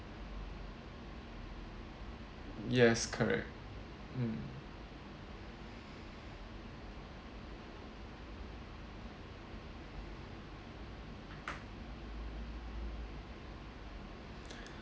yes correct mm